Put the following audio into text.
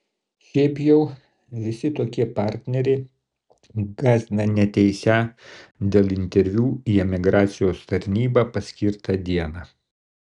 šiaip jau visi tokie partneriai gąsdina neateisią dėl interviu į emigracijos tarnybą paskirtą dieną